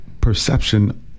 perception